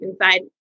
inside